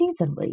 seasonally